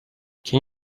can